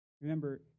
Remember